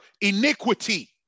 iniquity